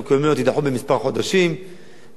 זו דעתי, מכאן שאלתי הבאה, אדוני השר.